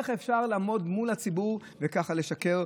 איך אפשר לעמוד מול הציבור וככה לשקר,